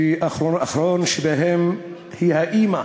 שהאחרון שבהם הוא האימא,